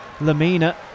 Lamina